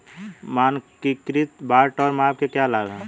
मानकीकृत बाट और माप के क्या लाभ हैं?